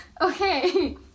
Okay